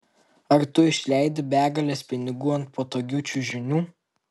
ar tu išleidi begales pinigų ant patogių čiužinių